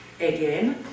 again